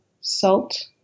salt